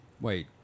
wait